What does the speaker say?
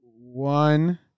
one